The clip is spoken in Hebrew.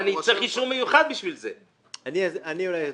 אבל הרציונל, אני מסביר לך אותו, הוא יציבותי.